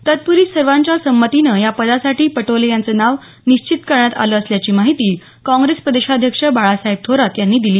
तत्पूर्वी सर्वांच्या संमतीनं या पदासाठी पटोले यांचं नाव निश्चित करण्यात आलं असल्याची माहिती काँग्रेस प्रदेशाध्यक्ष बाळासाहेब थोरात यांनी दिली